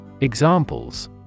Examples